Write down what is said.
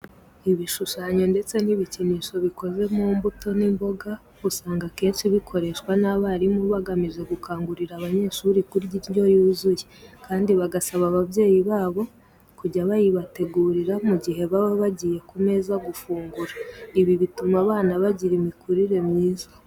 Ibishushanyo ndetse n'ibikinisho bikoze mu mbuto n'imboga usanga akenshi bikoreshwa n'abarimu bagamije gukangurira abanyeshuri kurya indyo yuzuye, kandi bagasaba ababyeyi babo kujya bayibategurira mu gihe baba bagiye ku meza gufungura. Ibi bituma abana bagira imikurire myiza.